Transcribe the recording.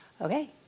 okay